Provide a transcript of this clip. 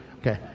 okay